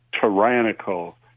tyrannical